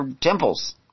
temples